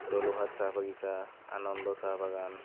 দলৌহাট চাহ বাগিচা আনন্দ চাহ বাগান